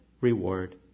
reward